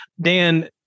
Dan